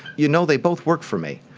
you know, they both work for me.